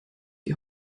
die